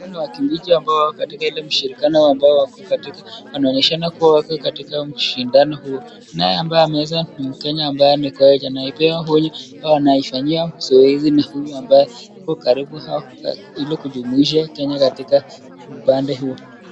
Hawa ni wakimbiji ambao wako katika ile mshirikiano ambao wako katika, wanaonyeshana kuwa wako katika mshindano huo, naye ambayue ameeza, ni mkenya ambaye ni Koech, ameipewa huyu ambaye anaifanyia zoezi na huyu ambaye, ako karibu hao, ili kujumuisha Kenya katika upande huo.